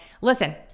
listen